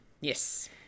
Yes